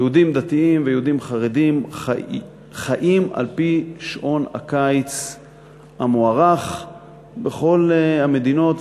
יהודים דתיים ויהודים חרדים חיים על-פי שעון הקיץ המוארך בכל המדינות,